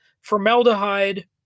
Formaldehyde